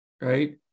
Right